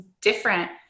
different